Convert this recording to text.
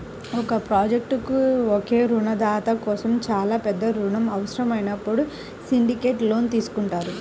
ఒక ప్రాజెక్ట్కు ఒకే రుణదాత కోసం చాలా పెద్ద రుణం అవసరమైనప్పుడు సిండికేట్ లోన్ తీసుకుంటారు